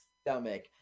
stomach